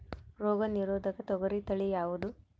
ರೋಗ ನಿರೋಧಕ ತೊಗರಿ ತಳಿ ಯಾವುದು?